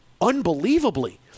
unbelievably